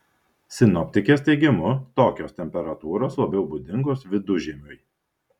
sinoptikės teigimu tokios temperatūros labiau būdingos vidužiemiui